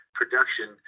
production